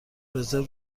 رزرو